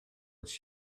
its